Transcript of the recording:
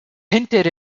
hinted